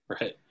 right